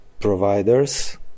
providers